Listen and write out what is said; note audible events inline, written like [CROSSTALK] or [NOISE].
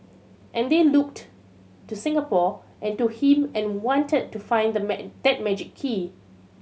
and they looked to Singapore and to him and wanted to find [UNINTELLIGIBLE] that magic key